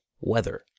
weather